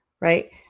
right